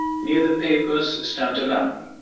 near the papers stand a lamp,